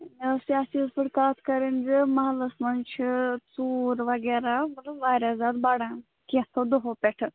مےٚ اوس یَتھ چیٖز پٮ۪ٹھ کَتھ کَرٕنۍ زِ محلس منٛز چھِ ژوٗر وغیرہ مطلب وارِیاہ زیادٕ بَڈان کینٛژھو دۄہو پٮ۪ٹھٕ